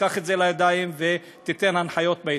שתיקח את זה לידיים ותיתן הנחיות בהתאם.